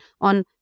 on